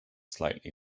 slightly